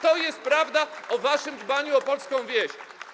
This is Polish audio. To jest prawda o waszym dbaniu o polską wieś.